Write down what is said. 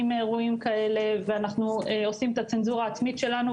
מאירועים כאלה ואנחנו עושים את הצנזורה העצמית שלנו,